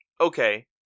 okay